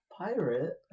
pirate